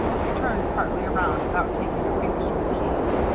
she turned partly around, without taking her fingers from the keys.